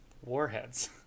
Warheads